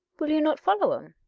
will you not follow em?